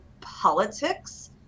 politics